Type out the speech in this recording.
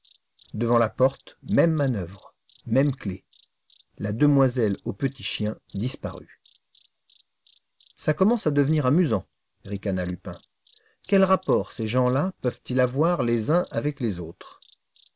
devant la porte même manœuvre même clef la demoiselle au petit chien disparut ça commence à devenir amusant ricana lupin quel rapport ces gens-là peuvent-ils avoir les uns avec les autres